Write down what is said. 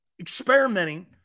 experimenting